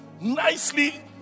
nicely